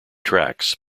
tracks